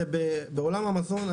בעולם המזון,